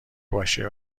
باشه